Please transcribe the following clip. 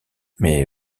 mais